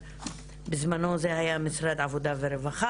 בזמנו זה היה משרד העבודה והרווחה